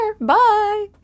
Bye